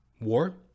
War